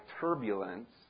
turbulence